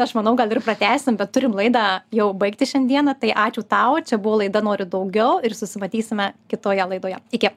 aš manau gal ir pratęsim bet turim laidą jau baigti šiandieną tai ačiū tau čia buvo laida noriu daugiau ir susimatysime kitoje laidoje iki